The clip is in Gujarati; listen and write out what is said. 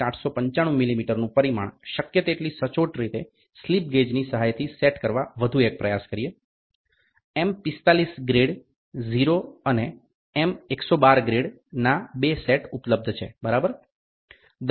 895 મિલીમીટરનું પરિમાણ શક્ય તેટલી સચોટ રીતે સ્લિપ ગેજની સહાયથી સેટ કરવા વધુ એક પ્રયાસ કરીએ એમ 45 ગ્રેડ 0 અને એમ 112 ગ્રેડ ના 2 સેટ ઉપલબ્ધ છે બરાબર